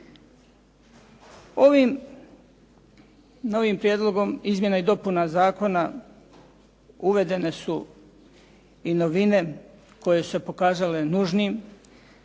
Ovim novim prijedlogom izmjena i dopuna zakona uvedene su i novine koje su se pokazale nužnim,